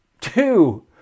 two